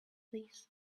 this